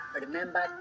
Remember